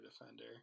defender